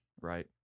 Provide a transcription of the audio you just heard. right